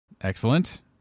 Excellent